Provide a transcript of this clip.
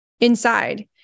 inside